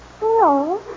No